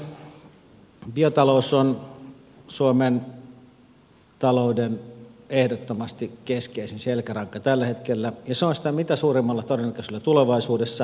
biotalous on suomen talouden ehdottomasti keskeisin selkäranka tällä hetkellä ja se on sitä mitä suurimmalla todennäköisyydellä tulevaisuudessa